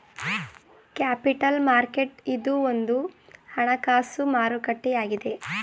capital market ಇದು ಒಂದು ಹಣಕಾಸು ಮಾರುಕಟ್ಟೆ ಆಗಿದೆ